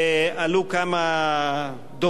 עלו כמה דוברים,